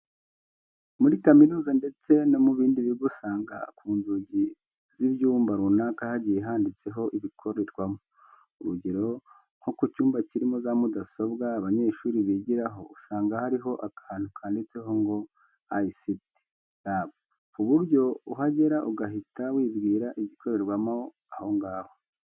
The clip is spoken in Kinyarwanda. Muri kaminuza ndetse no mu bindi bigo usanga ku nzugi z'ibyumba runaka hagiye handitseho ibikorerwamo. Urugero nko ku cyumba kirimo za mudasobwa abanyeshuri bigiraho usanga hariho akantu kanditseho ngo ICT lab ku buryo uhagera ugahita wibwira igikorerwa aho ngaho.